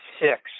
six